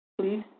Please